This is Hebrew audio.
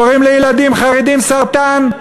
קוראים לילדים חרדים "סרטן".